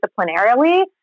disciplinarily